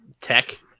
tech